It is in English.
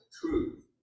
truth